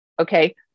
Okay